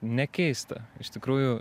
ne keista iš tikrųjų